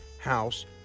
House